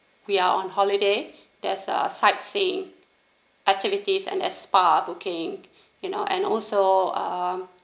we are on holiday there's a sightseeing activities and spa booking you know and also uh